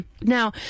Now